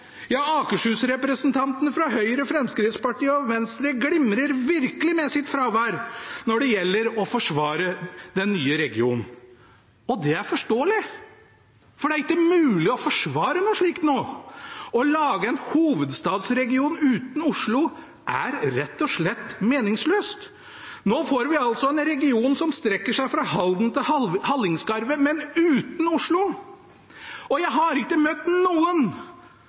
Ja, Akershus-representantene fra Høyre, Fremskrittspartiet og Venstre glimrer virkelig med sitt fravær når det gjelder å forsvare den nye regionen. Det er forståelig, for det er ikke mulig å forsvare noe slikt. Å lage en hovedstadsregion uten Oslo er rett og slett meningsløst. Nå får vi altså en region som strekker seg fra Halden til Hallingskarvet, men uten Oslo. Jeg har ikke møtt noen